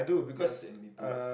ya same me too ah